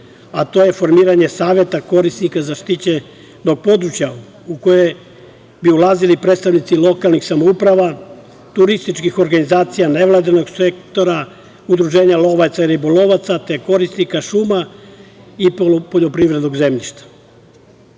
a to je formiranje saveta korisnika zaštićenog područja, u koje bi ulazili predstavnici lokalnih samouprava, turističkih organizacija, nevladinog sektora, udruženja lovaca i ribolovaca, te korisnika šuma i poljoprivrednog zemljišta.